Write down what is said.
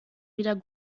wieder